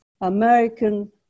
American